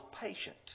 patient